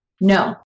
No